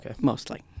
mostly